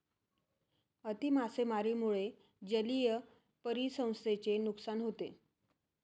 अति मासेमारीमुळे जलीय परिसंस्थेचे नुकसान होते